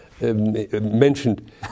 mentioned